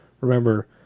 Remember